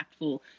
impactful